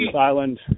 island